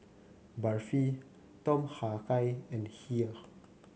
Barfi Tom Kha Gai and Kheer